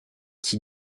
qui